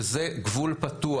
שזה גבול פתוח.